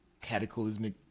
cataclysmic